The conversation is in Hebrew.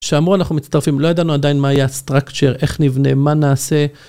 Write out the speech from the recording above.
שאמרו אנחנו מצטרפים, לא ידענו עדיין מהי ה-structure, איך נבנה, מה נעשה.